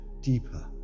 deeper